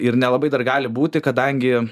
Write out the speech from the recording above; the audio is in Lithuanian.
ir nelabai dar gali būti kadangi